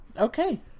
Okay